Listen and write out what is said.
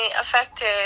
affected